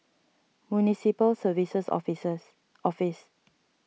Municipal Services Offices